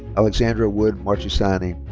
alexandra wood marchesani.